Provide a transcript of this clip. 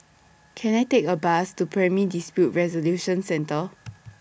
Can I Take A Bus to Primary Dispute Resolution Centre